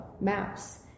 maps